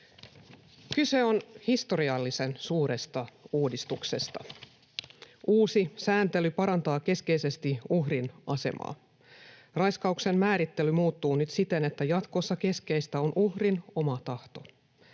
Kyse on historiallisen suuresta uudistuksesta. Uusi sääntely parantaa keskeisesti uhrin asemaa. Raiskauksen määrittely muuttuu nyt siten, että jatkossa keskeistä on uhrin oma tahto.